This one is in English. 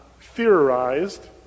theorized